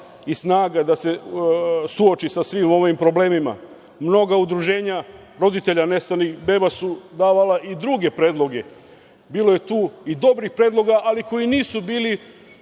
i snage da se suoči sa svim ovim problemima. Mnoga udruženja roditelja nestalih beba su davala i druge predloge. Bilo je tu i dobrih predloga, ali koji nisu bili